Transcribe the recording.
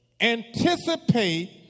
anticipate